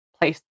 place